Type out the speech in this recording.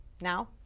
Now